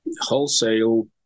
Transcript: wholesale